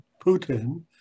Putin